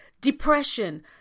depression